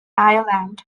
ireland